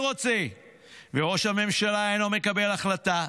וראש הממשלה אינו מקבל החלטה,